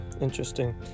Interesting